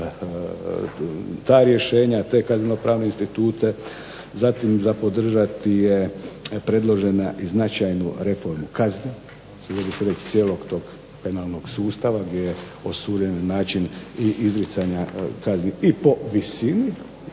ta rješenja, te kazneno-pravne institute. Zatim, za podržati je predložena i značajna reforma kazni. Usudio bih se reći cijelog tog penalnog sustava gdje je osuvremenjen način i izricanja kazni i po visini i